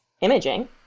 imaging